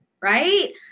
right